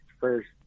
first